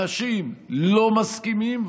אנשים לא מסכימים.